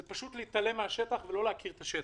זה פשוט להתעלם מן השטח ולא להכיר את השטח.